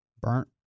Burnt